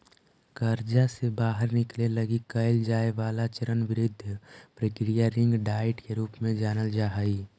कर्जा से बाहर निकले लगी कैल जाए वाला चरणबद्ध प्रक्रिया रिंग डाइट के रूप में जानल जा हई